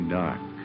dark